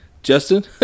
Justin